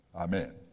Amen